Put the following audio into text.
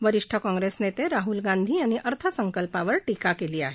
वरिष्ठ काँग्रेस नेते राहूल गांधी यांनी अर्थसंकल्पावर टीका केली आहे